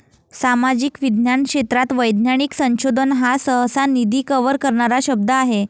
सामाजिक विज्ञान क्षेत्रात वैज्ञानिक संशोधन हा सहसा, निधी कव्हर करणारा शब्द आहे